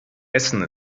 essen